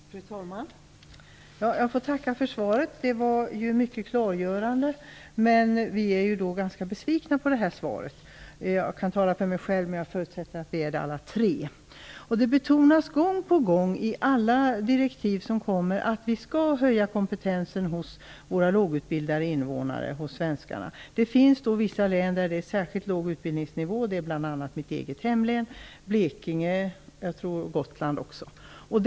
Fru talman! Jag får tacka för svaret. Det var mycket klargörande, men vi är ganska besvikna på det. Jag kan tala för mig själv, men jag förutsätter att vi är det alla tre. Det betonas gång på gång i alla direktiv som kommer att vi skall höja kompetensen hos våra lågutbildade invånare, hos svenskarna. Det finns vissa län där det är särskilt låg utbildningsnivå. Det gäller bl.a. mitt eget hemlän, Blekinge och jag tror även Gotland.